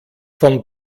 von